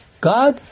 God